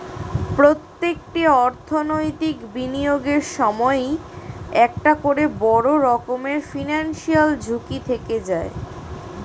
প্রত্যেকটি অর্থনৈতিক বিনিয়োগের সময়ই একটা করে বড় রকমের ফিনান্সিয়াল ঝুঁকি থেকে যায়